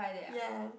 ya